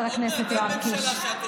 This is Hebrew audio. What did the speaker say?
חבר הכנסת יואב קיש.